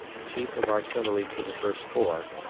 chief of artillery to the first corps,